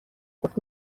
گفت